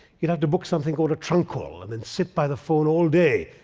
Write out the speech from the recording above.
you'd have to book something called a trunk call, and then sit by the phone all day,